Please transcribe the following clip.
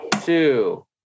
two